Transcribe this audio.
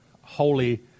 holy